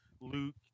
Luke